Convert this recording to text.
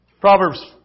Proverbs